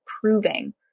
proving